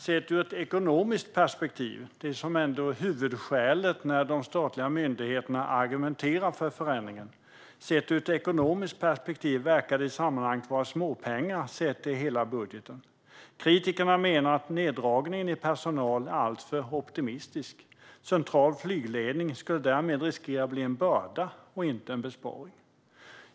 Sett ur ett ekonomiskt perspektiv, som är huvudskälet när det statliga myndigheterna argumenterar för förändringen, verkar det i sammanhanget vara småpengar sett till hela budgeten. Kritikerna menar att neddragningen i personal är alltför optimistisk. Central flygledning skulle därmed riskera att bli en börda och inte en besparing.